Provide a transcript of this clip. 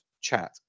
chat